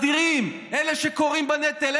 לסדירים, אלה שכורעים תחת הנטל.